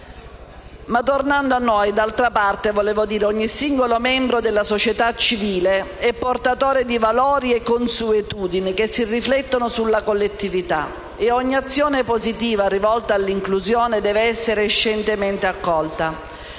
Ma torniamo a noi. Ogni singolo membro della società civile è portatore di valori e consuetudini che si riflettono sulla collettività e ogni azione positiva rivolta all'inclusione deve essere scientemente accolta.